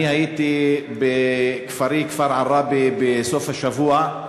אני הייתי בכפר עראבה בסוף השבוע,